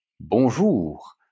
Bonjour